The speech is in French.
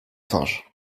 singes